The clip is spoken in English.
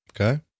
Okay